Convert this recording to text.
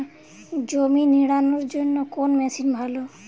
জমি নিড়ানোর জন্য কোন মেশিন ভালো?